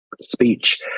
speech